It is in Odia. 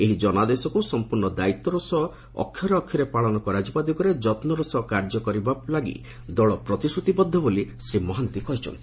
ଏହି ଜନାଦେଶକୁ ସଂପ୍ରର୍ଣ୍ଣ ଦାୟିତ୍ୱର ସହ ଅକ୍ଷରେ ଅକ୍ଷରେ ପାଳନ କରାଯିବା ଦିଗରେ ଯନୂର ସହ କାର୍ଯ୍ୟ କରିବା ଦିଗରେ ଦଳ ପ୍ରତିଶ୍ରତିବଦ୍ଧ ବୋଲି ଶ୍ରୀ ମହାନ୍ତି କହିଛନ୍ତି